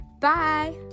Bye